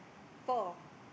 four